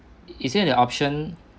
is there an option